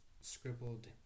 scribbled